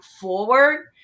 forward